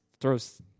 throws